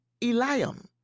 Eliam